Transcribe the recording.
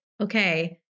okay